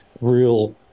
real